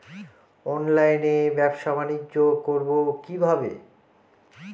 অনলাইনে ব্যবসা বানিজ্য করব কিভাবে?